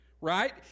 right